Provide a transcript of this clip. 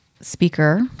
speaker